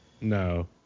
No